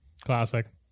Classic